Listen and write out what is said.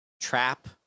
trap